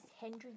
Henry